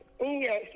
Yes